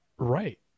Right